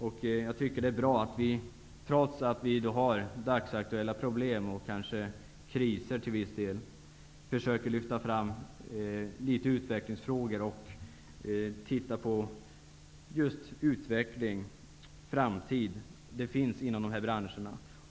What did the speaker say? Det är bra att man såväl i propositionen som i utskottsbetänkandet, trots dagsaktuella problem och kriser, försöker lyfta fram utvecklingsfrågor och se på framtiden inom dessa branscher.